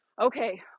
okay